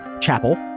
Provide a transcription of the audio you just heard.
chapel